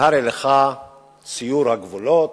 והרי לך ציור הגבולות,